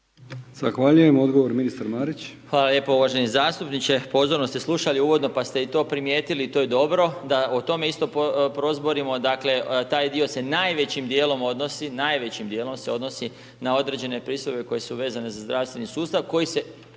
Zahvaljujem. Odgovor ministar Marić. **Marić, Zdravko** Hvala lijepo uvaženi zastupniče. Pozorno ste slušali uvodno, pa ste i to primijetili, to je dobro da o tome isto prozborimo, dakle, taj dio se najvećim dijelom odnosi, najvećim dijelom se odnosi na određene pristojbe koje su vezane za zdravstveni sustav koji se,